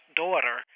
daughter